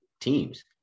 teams